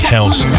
House